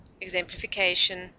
exemplification